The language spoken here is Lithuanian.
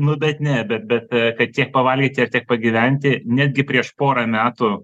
nu bet ne bet bet kad tiek pavalgyti ir taip pagyventi netgi prieš porą metų